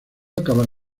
acabar